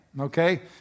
okay